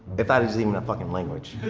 if that isn't even a fucking language.